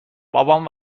بابام